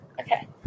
Okay